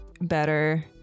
better